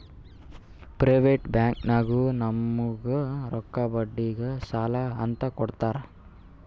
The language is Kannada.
ಪ್ರೈವೇಟ್ ಬ್ಯಾಂಕ್ನಾಗು ನಮುಗ್ ರೊಕ್ಕಾ ಬಡ್ಡಿಗ್ ಸಾಲಾ ಅಂತ್ ಕೊಡ್ತಾರ್